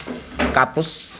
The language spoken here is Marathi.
कापूस